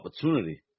opportunity